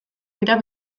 dira